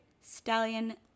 Stallion